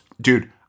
dude